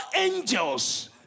angels